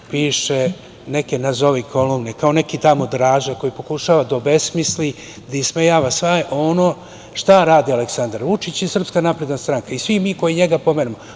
Piše neke nazovi kolumne, kao neki tamo Draža, koji pokušava da obesmisli, da ismejava sve ono što rade Aleksandar Vučić i Srpska napredna stranka i svi mi koji njega pomenemo.